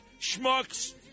schmucks